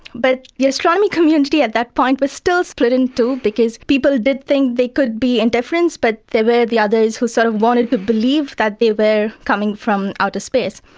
but the astronomy community at that point were still split in two because people did think they could be and interference, but there were the others who sort of wanted to believe that they were coming from outer space.